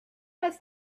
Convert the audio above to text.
must